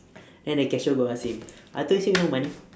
then the cashier go ask him I thought you say no money